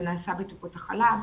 זה נעשה בטיפות החלב,